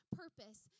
purpose